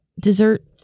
dessert